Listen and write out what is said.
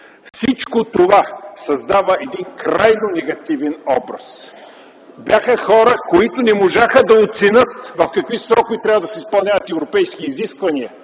Всичко това създава крайно негативен образ. Бяха хора, които не можаха да оценят в какви срокове трябва да се изпълняват европейските изисквания.